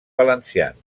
valencians